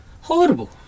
horrible